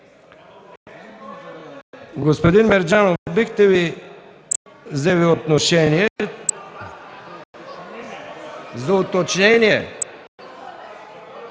Господин Мерджанов, бихте ли взели отношение за уточнение